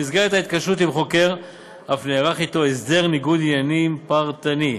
במסגרת ההתקשרות עם חוקר אף נערך אתו הסדר ניגוד עניינים פרטני.